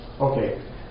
Okay